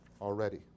already